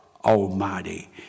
Almighty